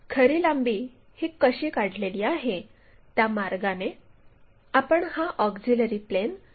तर खरी लांबी ही कशी काढलेली आहे त्या मार्गाने आपण हा ऑक्झिलिअरी प्लेन निवडतो